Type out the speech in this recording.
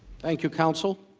thank you counsel